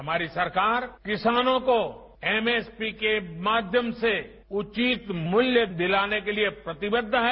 हमारी सरकार किसानों को एमएसपी के माध्यम से उचित मूल्य दिलाने के लिए प्रतिबद्ध है